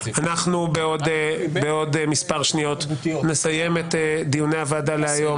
אנחנו בעוד מספר שניות נסיים את דיוני הוועדה להיום,